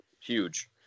huge